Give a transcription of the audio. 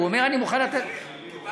הוא אומר "אני מוכן לתת" אבל,